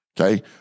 Okay